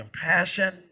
compassion